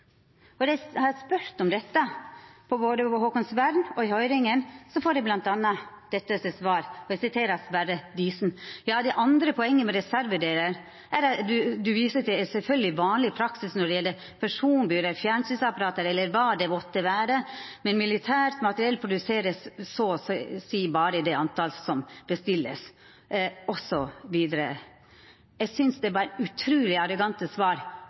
har spurt om dette, både på Haakonsvern og i høyringa, får eg bl.a. dette til svar, og eg siterer Sverre Diesen: «Det andre poenget med reservedeler er at det du viser til, er selvfølgelig vanlig praksis når det gjelder personbiler, fjernsynsapparater eller hva det måtte være, men militært materiell produseres så å si bare i det antall som bestilles.» Og så vidare – eg synest det var utruleg arrogante svar